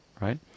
Right